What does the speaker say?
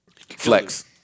Flex